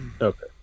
Okay